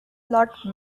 lot